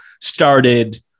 started